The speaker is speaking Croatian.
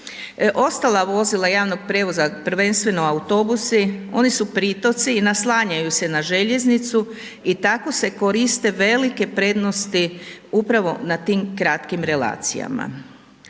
Ostala vozila javnog prijevoza, prvenstveno autobusi, oni su pritoci i naslanjaju se na željeznicu i tako se koriste velike prednosti upravo na tim kratkim relacijama.